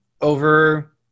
over